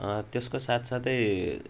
त्यसको साथसाथै